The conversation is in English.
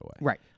right